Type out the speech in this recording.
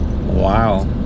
Wow